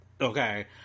okay